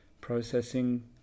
processing